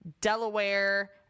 Delaware